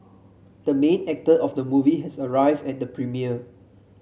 the main actor of the movie has arrived at the premiere